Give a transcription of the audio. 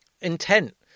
intent